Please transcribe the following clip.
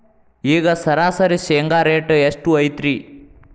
ಈಗ ಸರಾಸರಿ ಶೇಂಗಾ ರೇಟ್ ಎಷ್ಟು ಐತ್ರಿ?